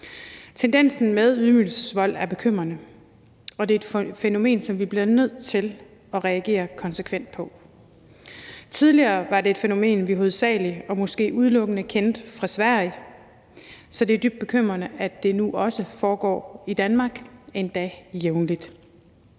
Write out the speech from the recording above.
Tendensen med ydmygelsesvold er bekymrende, og det er et fænomen, som vi bliver nødt til at reagere konsekvent på. Tidligere var det et fænomen, som vi hovedsagelig og måske udelukkende kendte fra Sverige, så det er dybt bekymrende, at det nu også foregår i Danmark, endda jævnligt.